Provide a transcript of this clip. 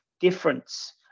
difference